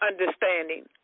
understanding